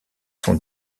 son